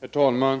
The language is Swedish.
Herr talman!